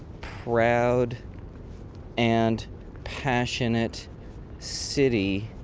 proud and passionate city.